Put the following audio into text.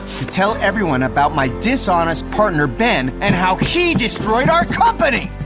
to tell everyone about my dishonest partner, ben and how he destroyed our company!